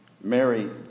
Mary